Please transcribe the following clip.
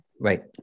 right